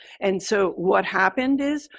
and so what happened is,